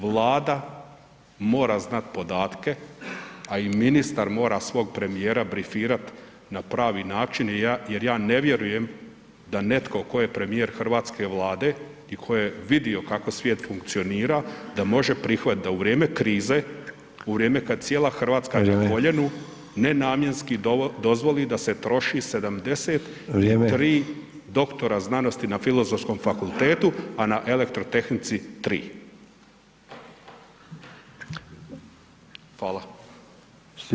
Vlada mora znati podatke, a i ministar mora svog premijera brifirati na pravi način jer ja ne vjerujem da netko tko je premijer hrvatske Vlade i tko je vidio kako svijet funkcionira da može prihvatiti da u vrijeme krize u vrijeme kad je cijela Hrvatska na koljenu [[Upadica: Vrijeme.]] nenamjenski dozvoli da se troši 73 [[Upadica: Vrijeme.]] doktora znanosti na Filozofskom fakultetu, a na elektrotehnici 3. Hvala.